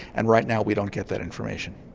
and right now we don't get that information.